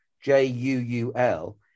J-U-U-L